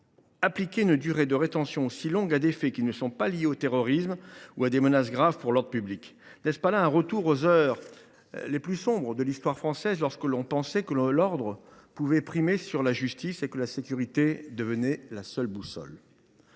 appliquer une durée de rétention aussi longue à des faits qui ne sont pas liés au terrorisme ou à des menaces graves pour l’ordre public ? N’est ce pas là un retour aux heures les plus sombres de l’histoire française, lorsque l’on pensait que l’ordre pouvait l’emporter sur la justice et que la sécurité devenait la seule boussole ?